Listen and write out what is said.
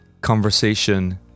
conversation